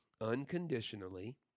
unconditionally